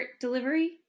delivery